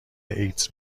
ایدز